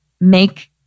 make